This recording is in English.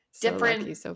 different